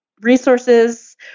resources